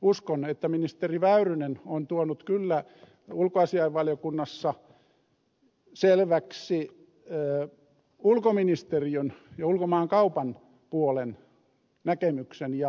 uskon että ministeri väyrynen on tuonut kyllä ulkoasiainvaliokunnassa selväksi ulkoministeriön ja ulkomaankaupan puolen näkemyksen ja ed